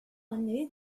anezhe